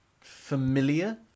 familiar